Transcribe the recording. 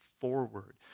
forward